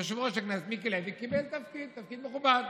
יושב-ראש הכנסת מיקי לוי קיבל תפקיד, תפקיד מכובד,